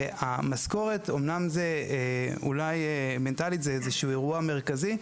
המשכורת, אמנם אולי מנטלית זה איזשהו אירוע מרכזי.